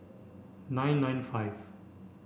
nine nine five